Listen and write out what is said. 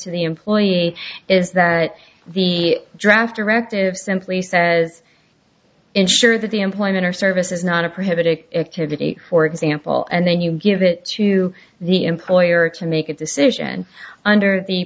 to the employee is that the draft directive simply says ensure that the employment or service is not a prohibited activity for example and then you give it to the employer to make a decision under the